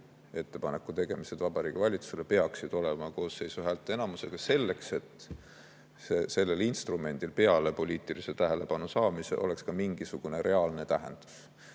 ettepanekute tegemised Vabariigi Valitsusele peaksid olema koosseisu häälteenamusega selleks, et sellel instrumendil peale poliitilise tähelepanu saamise oleks ka mingisugune reaalne tähendus.